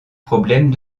problème